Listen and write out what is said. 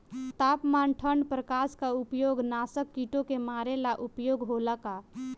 तापमान ठण्ड प्रकास का उपयोग नाशक कीटो के मारे ला उपयोग होला का?